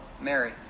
Mary